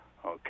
Okay